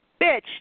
bitch